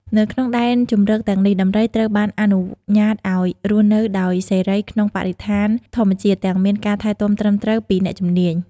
នៅក្នុងដែនជម្រកទាំងនេះ ដំរីត្រូវបានអនុញ្ញាតឲ្យ រស់នៅដោយសេរីក្នុងបរិស្ថានធម្មជាតិ ទាំងមានការថែទាំត្រឹមត្រូវពីអ្នកជំនាញ។